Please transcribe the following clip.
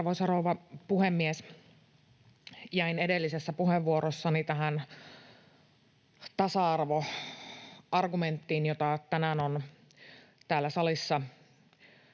Arvoisa rouva puhemies! Jäin edellisessä puheenvuorossani tähän tasa-arvoargumenttiin, jota tänään on täällä salissa